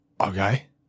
Okay